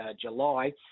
July